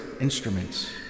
instruments